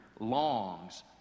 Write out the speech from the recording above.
longs